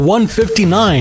159